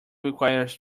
requires